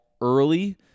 early